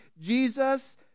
Jesus